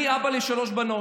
אני אבא לשלוש בנות.